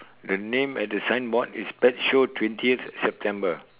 the name at the sign board is pet show twentieth September